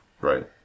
Right